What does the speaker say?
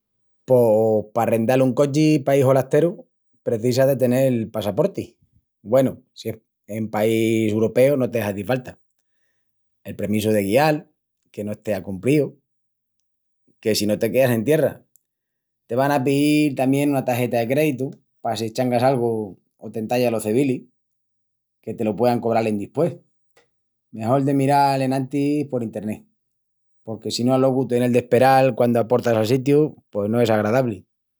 Pos pa arrendal un cochi paí holasteru precisas de tenel passaporti. Güenu, si es en país uropeu no te hazi falta. El premisu de guial, que no estea cumpríu, que si no te queas en tierra. Te van a piíl tamién una tageta de créditu, pa si eschangas algu o t'entallan los cevilis, que te lo puean cobral endispués. Mejol de miral enantis por internet, porque sino alogu tenel d'asperal quandu aportas al sitiu pos no es agradabli.